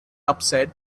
upset